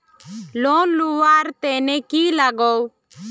Loan लुवा र तने की लगाव?